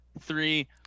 three